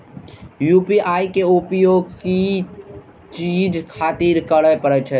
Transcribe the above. UPI के उपयोग किया चीज खातिर करें परे छे?